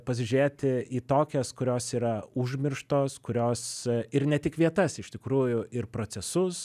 pasižiūrėti į tokias kurios yra užmirštos kurios ir ne tik vietas iš tikrųjų ir procesus